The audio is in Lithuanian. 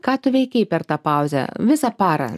ką tu veikei per tą pauzę visą parą